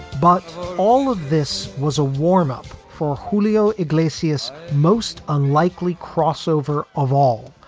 but all of this was a warm up for helio iglesias most unlikely crossover of all,